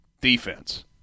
defense